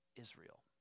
Israel